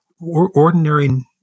ordinary